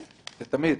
זה תמיד.